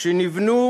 שנבנו